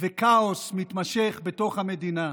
וכאוס מתמשך בתוך המדינה.